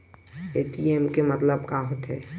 ATM के मतलब का होथे?